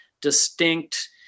distinct